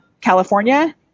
California